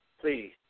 please